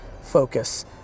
focus